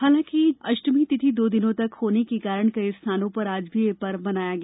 हालांकि अष्टमी तिथि दो दिनों तक होने के कारण कई स्थानों पर आज भी यह पर्व मनाया गया